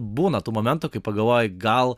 būna tų momentų kai pagalvoji gal